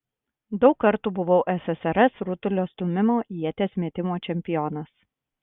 daug kartų buvau ssrs rutulio stūmimo ieties metimo čempionas